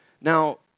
Now